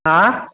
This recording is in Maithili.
एहि